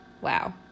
Wow